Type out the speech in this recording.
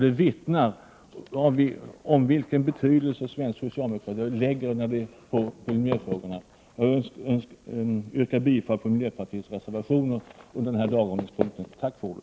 Det vittnar om vilken betydelse svensk socialdemokrati tillmäter på miljöfrågorna. Jag yrkar bifall till miljöpartiets reservationer under denna punkt på dagordningen. Tack för ordet!